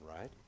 right